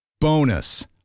Bonus